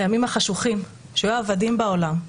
הימים החשוכים שבהם היו עבדים בעולם,